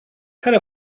care